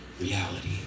reality